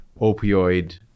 opioid